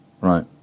Right